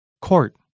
Court